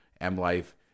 M-Life